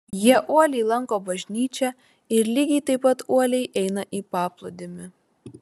jie uoliai lanko bažnyčią ir lygiai taip pat uoliai eina į paplūdimį